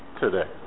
today